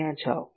ત્યાં જાઓ